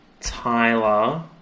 Tyler